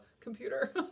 computer